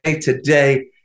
today